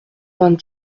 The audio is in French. vingt